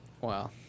Wow